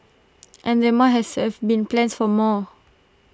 and there must has have been plans for more